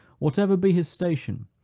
whatever be his station,